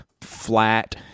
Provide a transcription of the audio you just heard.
flat